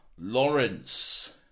Lawrence